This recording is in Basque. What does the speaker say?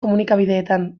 komunikabideetan